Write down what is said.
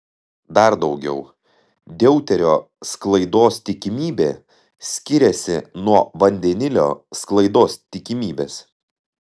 dar daugiau deuterio sklaidos tikimybė skiriasi nuo vandenilio sklaidos tikimybės